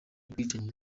ubwicanyi